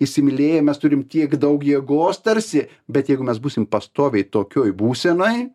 įsimylėję mes turim tiek daug jėgos tarsi bet jeigu mes būsim pastoviai tokioj būsenoj